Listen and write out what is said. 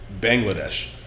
Bangladesh